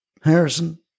Harrison